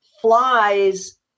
flies